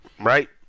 Right